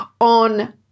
on